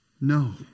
No